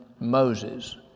Moses